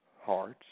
hearts